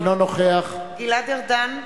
אינו נוכח גלעד ארדן,